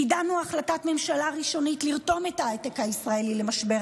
קידמנו החלטת ממשלה ראשונית לרתום את ההייטק הישראלי למשבר